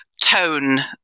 tone